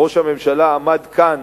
שראש הממשלה עמד כאן